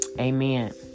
Amen